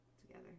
together